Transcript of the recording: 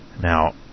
now